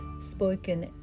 spoken